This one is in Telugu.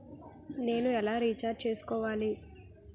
నేను ఎలా రీఛార్జ్ చేయించుకోవాలి?